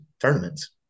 tournaments